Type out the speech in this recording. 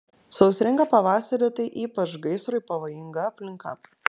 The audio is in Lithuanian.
sausringą pavasarį tai ypač gaisrui pavojinga aplinka